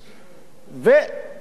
והנה,